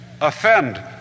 offend